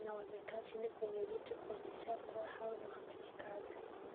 na wamekaa chini kwenye viti kuonyesha kuwa hao ni wafanyikazi.